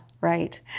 right